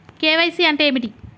KYC అంటే ఏమిటి?